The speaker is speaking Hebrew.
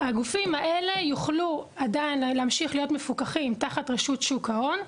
שהגופים האלה יוכלו עדיין להמשיך להיות מפוקחים תחת רשות שוק ההון.